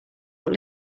what